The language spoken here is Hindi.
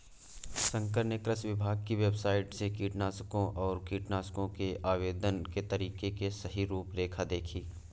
शंकर ने कृषि विभाग की वेबसाइट से कीटनाशकों और कीटनाशकों के आवेदन के तरीके की सही रूपरेखा देखी